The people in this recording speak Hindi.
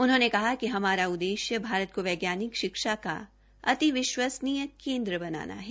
उन्होंने कहा कि हमारा उद्देश्य भारत को वैज्ञानिक शिक्षा का अति विश्वसनीय केन्द्रय बनाना है